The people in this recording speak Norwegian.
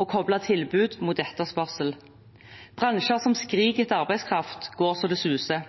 og koplet tilbud mot etterspørsel. Bransjer som skriker etter arbeidskraft, går så det suser.